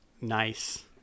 nice